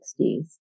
1960s